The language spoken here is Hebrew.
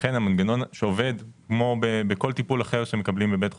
ולכן המנגנון שעובד כמו בכל טיפול אחר שמקבלים בבית חולים,